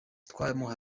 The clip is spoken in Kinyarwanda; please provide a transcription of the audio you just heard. twamuhaye